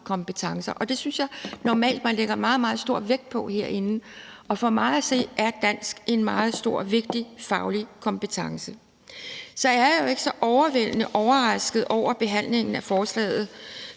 kompetencer, og det synes jeg normalt man lægger meget, meget stor vægt på herinde. Og for mig at se er dansk en meget stor og vigtig faglig kompetence. Så jeg er jo ikke så overvældende overrasket over behandlingen af forslaget,